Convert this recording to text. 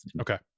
Okay